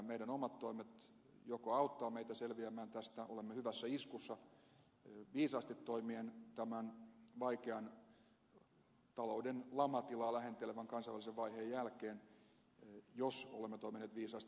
meidän omat toimemme joko auttavat meitä selviämään tästä olemme hyvässä iskussa viisaasti toimien tämän vaikean talouden lamatilaa lähentelevän kansainvälisen vaiheen jälkeen jos olemme toimineet viisaasti